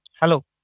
Hello